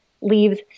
leaves